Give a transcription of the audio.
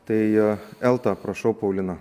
tai elta prašau paulina